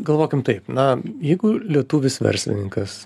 galvokim taip na jeigu lietuvis verslininkas